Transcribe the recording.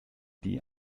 die